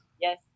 Yes